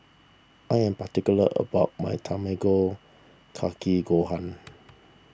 I am particular about my Tamago Kake Gohan